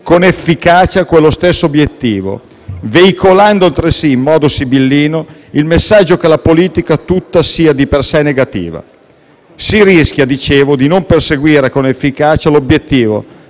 con efficacia quello stesso obiettivo, veicolando altresì, in modo sibillino, il messaggio che la politica tutta sia di per sé negativa. Si rischia, dicevo, di non perseguire con efficacia l'obiettivo